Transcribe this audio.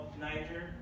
Niger